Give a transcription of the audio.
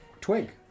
Twig